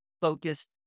focused